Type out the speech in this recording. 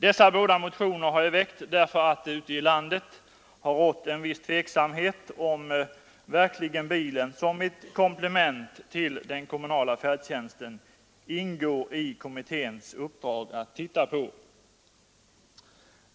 Dessa båda motioner har jag väckt därför att det ute i landet har rått en viss tveksamhet om huruvida det verkligen ingår i kommitténs uppdrag att utreda om bilen utgör ett komplement till den kommunala färdtjänsten.